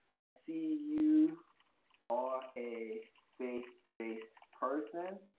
i see you are a faith-based person